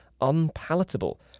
unpalatable